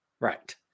Right